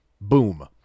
boom